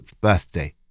birthday